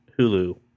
Hulu –